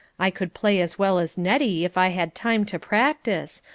i could play as well as nettie if i had time to practice,